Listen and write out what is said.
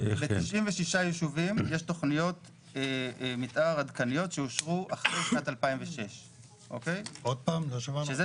ב-96 ישובים יש תכניות מתאר עדכניות שאושרו אחרי שנת 2006. שזה